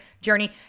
journey